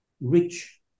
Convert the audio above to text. rich